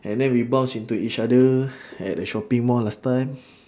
and then we bounce into each other at a shopping mall last time